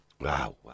Wow